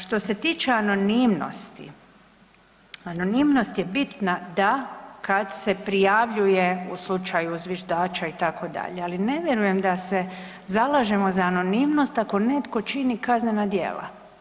Što se tiče anonimnosti, anonimnost je bitna da kad se prijavljuje u slučaju zviždača itd., ali ne vjerujem da se zalažemo za anonimnost ako netko čini kaznena djela.